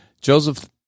Joseph